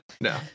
no